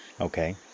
Okay